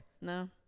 No